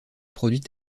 produit